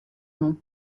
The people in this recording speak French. nom